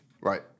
Right